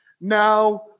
now